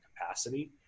capacity